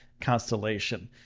constellation